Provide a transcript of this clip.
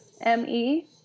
M-E